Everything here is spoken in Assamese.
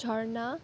ঝৰ্ণা